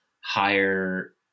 higher